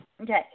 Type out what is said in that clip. Okay